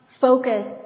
focus